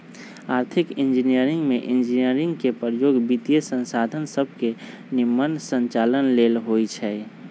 आर्थिक इंजीनियरिंग में इंजीनियरिंग के प्रयोग वित्तीयसंसाधन सभके के निम्मन संचालन लेल होइ छै